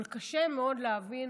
אבל קשה מאוד להבין